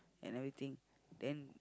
and everything then